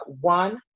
one